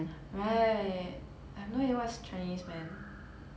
right I have no idea what's chinese man